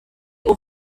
aux